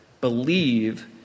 believe